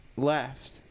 left